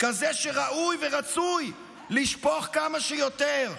כזה שראוי ורצוי לשפוך כמה שיותר.